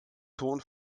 ton